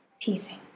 teasing